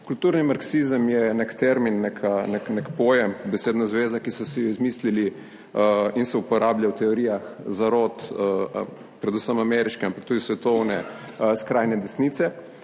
Kulturni marksizem je nek termin, nek pojem, besedna zveza, ki so si jo izmislili in se uporablja v teorijah zarot predvsem ameriške, ampak tudi svetovne skrajne desnice.